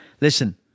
listen